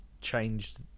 changed